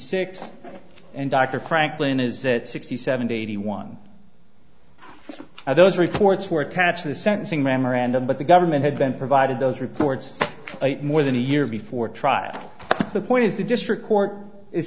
six and dr franklin is that sixty seventy eighty one those reports were attached to the sentencing memorandum but the government had been provided those reports more than a year before trial the point is the district court i